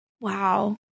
Wow